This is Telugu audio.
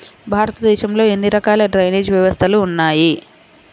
భారతదేశంలో ఎన్ని రకాల డ్రైనేజ్ వ్యవస్థలు ఉన్నాయి?